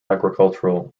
agricultural